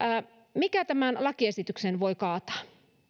mikä tämän lakiesityksen voi kaataa